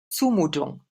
zumutung